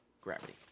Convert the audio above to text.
Gravity